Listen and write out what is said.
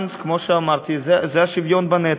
וכמובן, כמו שאמרתי, זה השוויון בנטל.